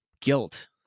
guilt